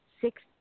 six